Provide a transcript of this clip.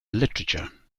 literature